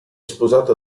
sposato